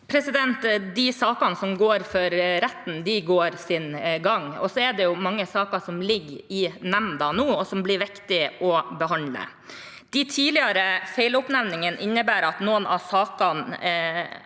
De sakene som går for retten, går sin gang, og så er det mange saker som ligger i nemnda nå, som det blir viktig å behandle. Den tidligere feiloppnevningen innebærer at noen av vedtakene